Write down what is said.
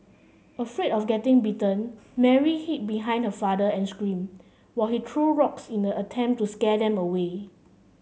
afraid of getting bitten Mary hid behind her father and screamed while he threw rocks in an attempt to scare them away